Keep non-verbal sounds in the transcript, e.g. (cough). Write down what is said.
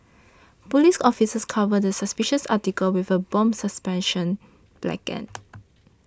police officers covered the suspicious article with a bomb suppression blanket (noise)